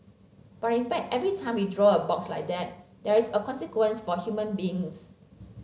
but in fact every time we draw a box like that there is a consequence for human beings